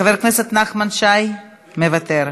חבר הכנסת נחמן שי, מוותר,